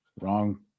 Wrong